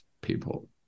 people